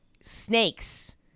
snakes